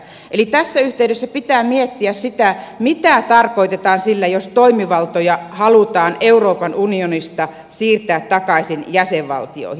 tässä yhteydessä pitää miettiä sitä mitä tarkoitetaan sillä jos toimivaltoja halutaan euroopan unionista siirtää takaisin jäsenvaltioihin